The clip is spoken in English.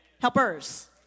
Helpers